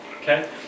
okay